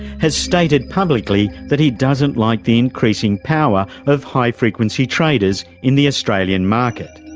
has stated publicly that he doesn't like the increasing power of high-frequency traders in the australian market.